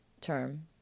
term